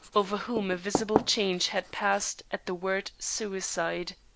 over whom a visible change had passed at the word suicide.